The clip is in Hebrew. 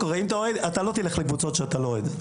אתה לא תלך לקבוצה שאתה לא אוהד.